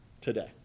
today